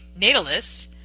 natalists